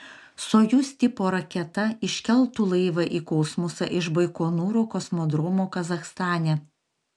sojuz tipo raketa iškeltų laivą į kosmosą iš baikonūro kosmodromo kazachstane